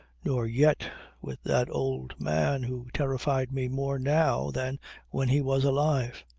nor yet with that old man who terrified me more now than when he was alive.